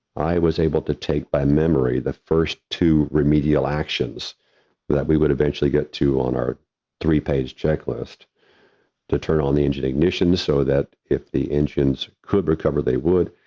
i was able to take, by memory, the first two remedial actions that we would eventually get to on our three page checklist to turn on the engine ignition so that if the engines could recover they would,